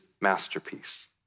masterpiece